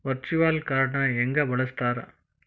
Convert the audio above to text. Virtual ಕಾರ್ಡ್ನ ಹೆಂಗ ಬಳಸ್ತಾರ?